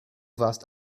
warst